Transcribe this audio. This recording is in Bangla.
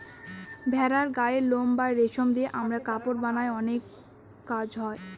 ভেড়ার গায়ের লোম বা রেশম দিয়ে আমরা কাপড় বানায় অনেক কাজ হয়